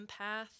empath